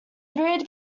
breed